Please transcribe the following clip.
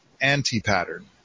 anti-pattern